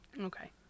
Okay